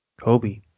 Kobe